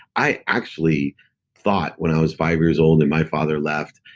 i actually thought, when i was five years old and my father left,